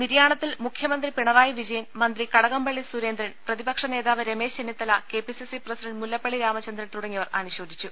നിര്യാണത്തിൽ മുഖ്യമന്ത്രി പിണറായി വിജയൻ മന്ത്രി കടകംപളളി സുരേന്ദ്രൻ പ്രതിപക്ഷനേതാവ് Ramesh Chennithala K P C C president Mullappally Ramachandran തുടങ്ങിയവർ അനു ശോചിച്ചു